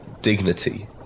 dignity